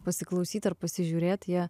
pasiklausyt ar pasižiūrėt jie